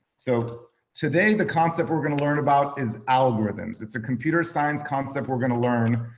so today, the concept we're gonna learn about is algorithms. it's a computer science concept we're gonna learn,